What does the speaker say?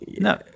No